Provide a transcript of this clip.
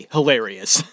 Hilarious